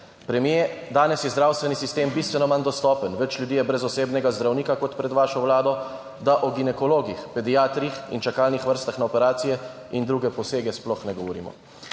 Premier, danes je zdravstveni sistem bistveno manj dostopen, več ljudi je brez osebnega zdravnika kot pred vašo vlado, da o ginekologih, pediatrih in čakalnih vrstah na operacije in druge posege sploh ne govorimo.